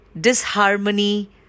disharmony